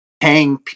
hang